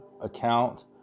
account